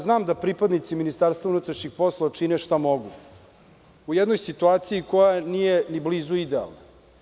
Znam da pripadnici MUP čine šta mogu u jednoj situaciji koja nije ni blizu idealne.